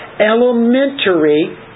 Elementary